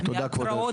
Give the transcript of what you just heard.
תודה כבוד היושב ראש,